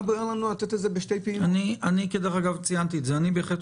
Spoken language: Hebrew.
אני מרגיש